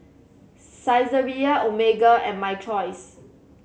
Saizeriya Omega and My Choice